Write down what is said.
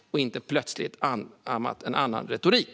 Vi har inte plötsligt anammat en annan retorik.